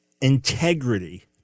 integrity